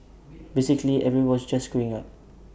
basically everybody was just queuing up